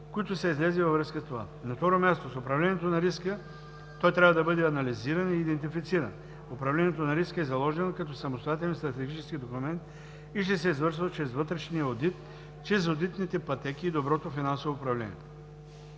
които са излезли във връзка с това. На второ място е управлението на риска. Той трябва да бъде анализиран и идентифициран. Управлението на риска е заложено като самостоятелен стратегически документ и ще се извършва чрез вътрешния одит, чрез одитните пътеки и доброто финансово управление.